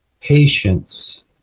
patience